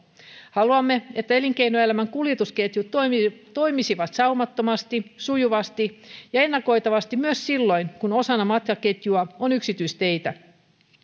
haluamme että elinkeinoelämän kuljetusketjut toimisivat toimisivat saumattomasti sujuvasti ja ennakoitavasti myös silloin kun osana matkaketjua on yksityisteitä